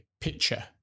picture